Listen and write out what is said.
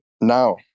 now